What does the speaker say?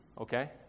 Okay